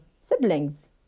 siblings